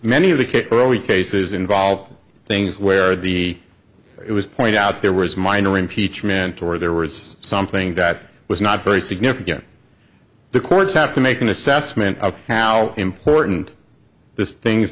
e cases involve things where the it was pointed out there was minor impeachment or there was something that was not very significant the courts have to make an assessment of how important thi